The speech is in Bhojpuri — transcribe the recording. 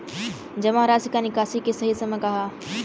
जमा राशि क निकासी के सही समय का ह?